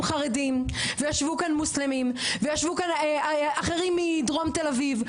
חרדים וישבו כאן מוסלמים וישבו כאן אחרים מדרום תל אביב,